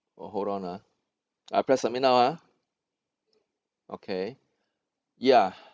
oh hold on ah I press submit now ah okay ya